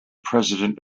president